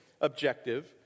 objective